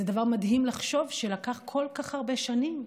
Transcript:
זה דבר מדהים לחשוב שלקח כל כך הרבה שנים,